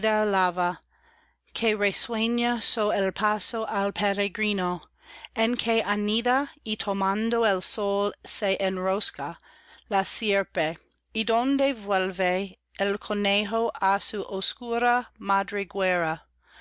el paso al peregrino en que anida y tomando el sol se enrosca ia sierpe y donde vuelve el conejo á su